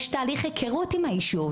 יש תהליך היכרות עם היישוב,